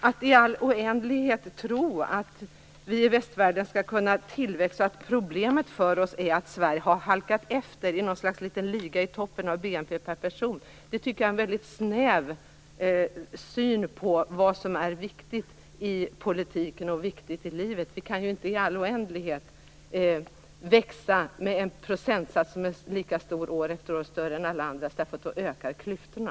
Att tro att vi i västvärlden i all oändlighet skall kunna tillväxa och att problemet för oss är att Sverige har halkat efter i något slags liten liga i toppen när det gäller BNP per person är en snäv syn på vad som är viktigt i politiken och livet. Vi kan inte i all oändlighet växa med en procentsats som är lika stor år efter år och större än alla andras. Då ökar klyftorna.